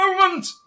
moment